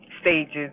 stages